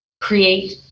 create